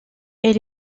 elle